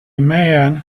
man